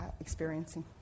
experiencing